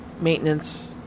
maintenance